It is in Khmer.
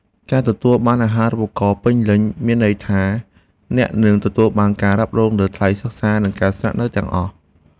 ការទទួលបានអាហារូបករណ៍ពេញលេញមានន័យថាអ្នកនឹងទទួលបានការរ៉ាប់រងលើថ្លៃសិក្សានិងការស្នាក់នៅទាំងអស់។